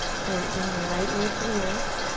great, bring you right ear to the earth.